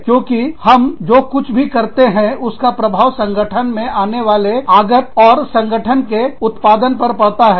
क्योंकि हम जो कुछ भी करते हैं उसका प्रभाव संगठन में आने वाले आगत और संगठन के उत्पादन पर पड़ता है